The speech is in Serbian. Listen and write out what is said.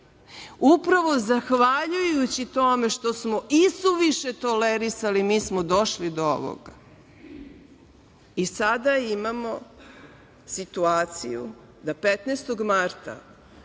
Upravo zahvaljujući tome što smo isuviše tolerisali, mi smo došli do ovoga. I sada imamo situaciju da 15. marta